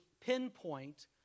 pinpoint